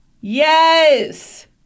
Yes